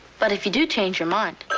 but if you do change your mind.